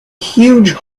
huge